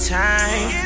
time